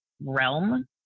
realm